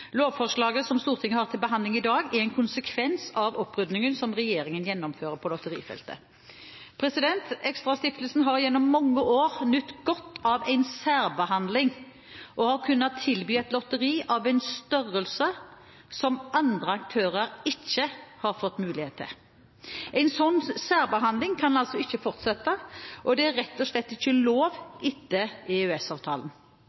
Lovforslaget som Stortinget har til behandling i dag, er en konsekvens av opprydningen som regjeringen gjennomfører på lotterifeltet. ExtraStiftelsen har gjennom mange år nytt godt av en særbehandling og har kunnet tilby et lotteri av en størrelse som andre aktører ikke har fått mulighet til. En slik særbehandling kan ikke fortsette – det er rett og slett ikke lov etter